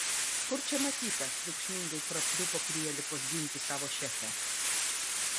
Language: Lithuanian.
kur čia matyta triukšmingai prapliupo prielipos ginti savo šefę